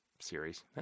series